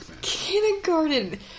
Kindergarten